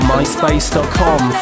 MySpace.com